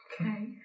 okay